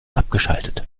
abgeschaltet